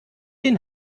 den